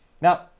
now